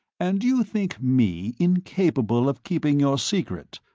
and you think me incapable of keeping your secret,